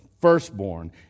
firstborn